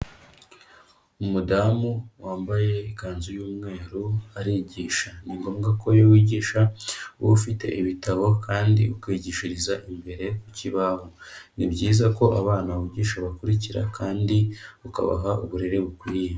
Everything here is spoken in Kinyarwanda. Umudamu wambaye ikanzu y'umweru, arigisha. Ni ngombwa ko iyo wigisha uba ufite ibitabo kandi ukigishiriza imbere ku kibaho. Ni byiza ko abana wigisha bakurikira kandi ukabaha uburere bukwiye.